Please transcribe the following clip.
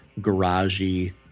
garagey